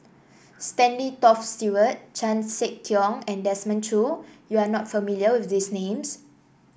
Stanley Toft Stewart Chan Sek Keong and Desmond Choo you are not familiar with these names